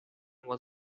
was